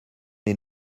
les